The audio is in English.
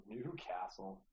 Newcastle